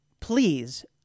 please